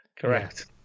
Correct